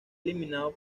eliminado